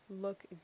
look